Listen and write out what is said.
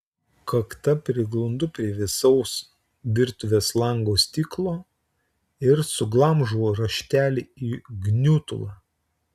kakta priglundu prie vėsaus virtuvės lango stiklo ir suglamžau raštelį į gniutulą